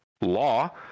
Law